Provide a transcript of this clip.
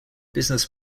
business